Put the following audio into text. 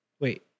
Wait